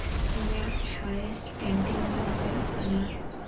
ᱤᱧᱟᱹᱜ ᱥᱚᱨᱮᱥ ᱯᱮᱱᱴᱤᱝ ᱫᱚ ᱦᱩᱭᱩᱜ ᱠᱟᱱᱟ